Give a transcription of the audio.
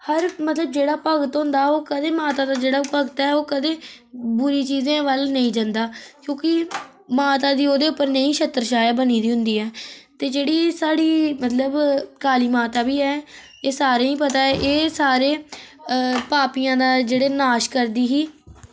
हर मतलब जेह्ड़ा भक्त होंदा ओह् कदें माता दा जेह्ड़ा भक्त ऐ ओह् कदें बुरी चीजें वल नेईं जंदा क्यूंकि माता दी ओह्दे उप्पर नेही छत्तर छाया बनी दी होंदी ऐ ते जेह्ड़ी साढ़ी मतलब काली माता बी ऐ एह् सारें ही पता ऐ एह् सारें पापियां दा जेह्ड़े नाश करदी ही